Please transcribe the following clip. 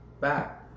back